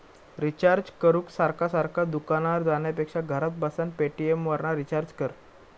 recharge करूक सारखा सारखा दुकानार जाण्यापेक्षा घरात बसान पेटीएमवरना रिचार्ज कर